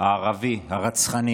הערבי הרצחני